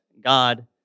God